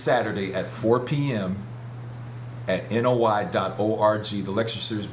saturday at four pm in a wide dot o r g the lecture